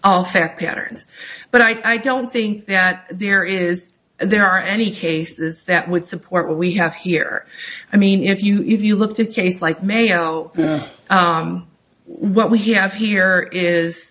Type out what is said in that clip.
all fair patterns but i don't think that there is there are any cases that would support what we have here i mean if you if you looked at cases like mayo what we have here is